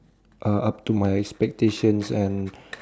uh up to my expectations and